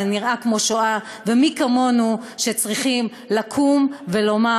זה נראה כמו שואה, ומי כמונו צריכים לקום ולומר: